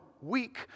weak